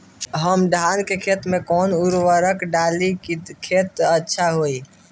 हम धान के खेत में कवन उर्वरक डाली कि खेती अच्छा होई?